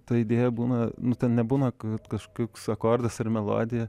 tai deja būna nu ten nebūna kad kažkoks akordas ar melodija